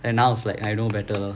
and now it's like I know better lah